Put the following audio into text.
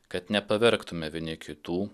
kad nepavargtume vieni kitų